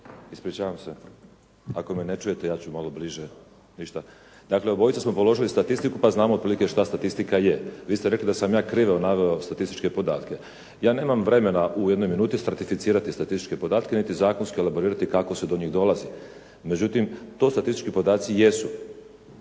ispričavam se, ako me ne čujete, ja ću malo bliže, ništa. Dakle, obojica smo položili statistiku, pa znamo otprilike šta statistika je, vi ste rekli da sam ja krivo naveo statističke podatke. Ja nemam vremena u jednoj minuti stratificirati statističke podatke niti zakonski elaborirati kako se do njih dolazi. Međutim, to statistički podaci jesu.